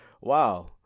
wow